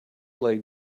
lay